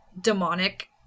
demonic